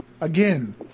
again